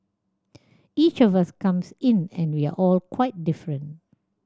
each of us comes in and we are all quite different